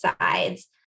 sides